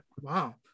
Wow